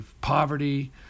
poverty